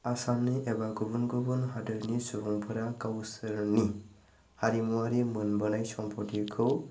आसामनि एबा गुबुन गुबुन हादोरनि सुबुंफोरा गावसोरनि हारिमुआरि मोनबोनाय सम्फतिफोरखौ